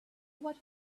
what